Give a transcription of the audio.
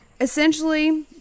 Essentially